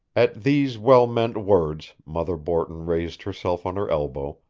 at these well-meant words mother borton raised herself on her elbow,